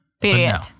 Period